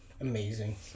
amazing